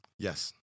Yes